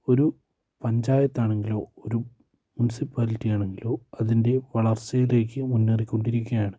ഒരു പഞ്ചായത്താണെങ്കിലോ ഒരു മുൻസിപ്പാലിറ്റിയാണെങ്കിലോ അതിൻ്റെ വളർച്ചയിലേക്ക് മുന്നേറിക്കൊണ്ടിരിക്കുകയാണ്